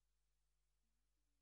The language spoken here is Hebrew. אקדמאים.